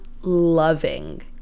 loving